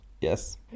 Yes